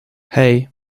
hey